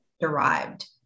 derived